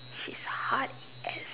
she's hot as